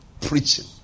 Preaching